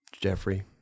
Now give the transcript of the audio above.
Jeffrey